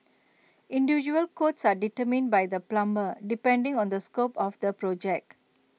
individual quotes are determined by the plumber depending on the scope of the project